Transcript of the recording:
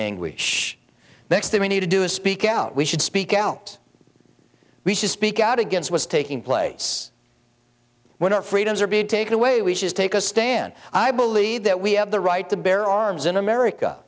anguish next to me need to do is speak out we should speak out we should speak out against was taking place when our freedoms are being taken away we should take a stand i believe that we have the right to bear arms in america